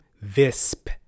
VISP